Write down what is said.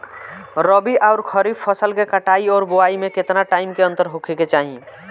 रबी आउर खरीफ फसल के कटाई और बोआई मे केतना टाइम के अंतर होखे के चाही?